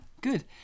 Good